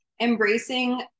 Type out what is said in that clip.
embracing